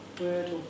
word